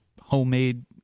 homemade